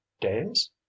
days